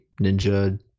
ninja